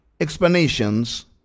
explanations